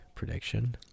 prediction